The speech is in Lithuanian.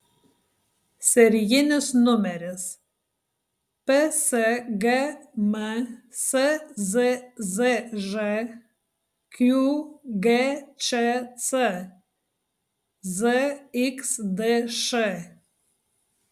serijinis numeris psgm szzž qgčc zxdš